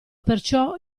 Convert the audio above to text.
perciò